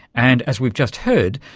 and as we've just heard,